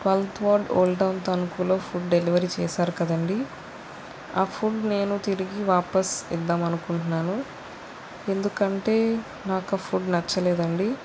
twelfth ward old town తణుకులో food delivery చేశారు కదండీ ఆ ఫుడ్ నేను తిరిగి వాపసు ఇద్దాం అనుకుంటున్నాను ఎందుకంటే నాకు ఆ ఫుడ్ నచ్చలేదండి